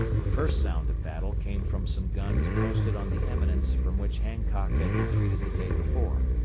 the first sound of battle came from some guns posted on the eminence from which hancock had retreated the day before.